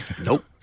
Nope